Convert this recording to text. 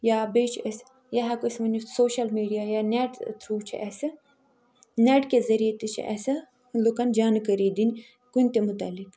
یا بیٚیہِ چھُ اَسہِ یا ہٮ۪کو أسۍ ؤنِتھ سوشل میٖڈیا یا نٮ۪ٹ تھرٛوٗ اَسہِ نٮ۪ٹہِ کہِ ذٔریعہِ تہِ چھِ اَسہِ لُکن جانکٲری دِنۍ کُنہِ تہِ متعلق